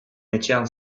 etxean